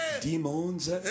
demons